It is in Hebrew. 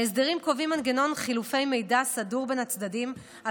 ההסדרים קובעים מנגנון חילופי מידע סדור בין הצדדים על